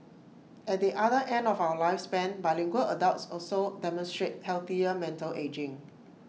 at the other end of our lifespan bilingual adults also demonstrate healthier mental ageing